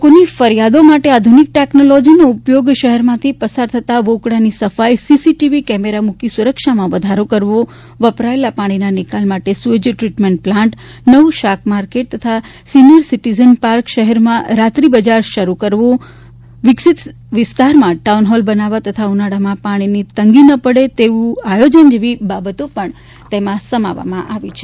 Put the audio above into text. લોકોની ફરીયાદો માટે આધુનિક ટેકનોલોજીનો ઉપયોગ શહેરમાંથી પસાર થતા વોંકળાની સફાઈ સીસીટીવી કેમેરા મુકી સુરક્ષામાં વધારો કરવો વપરાયેલા પાણીના નિકાલ માટે સુએજ દ્રીટમેન્ટ પ્લાન્ટ નવું શાક માર્કેટ તથા સિનિયર સિટીઝન પાર્ક શહેરમાં રાત્રી બજાર શરૂ કરવી વિકસિત વિસ્તારમાં ટાઉનહોલ બનાવવા તથા ઉનાળામાં પાણીની તંગી ન પડે તેવું આયોજન જેવી બાબતો દર્શાવવામાં આવી છે